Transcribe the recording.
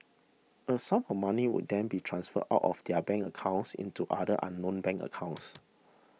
a sum of money would then be transferred out of their bank accounts into other unknown bank accounts